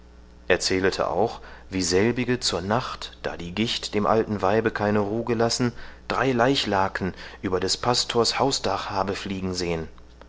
erzählete auch wie selbige zur nacht da die gicht dem alten weibe keine ruh gelassen drei leichlaken über des pastors hausdach habe fliegen sehen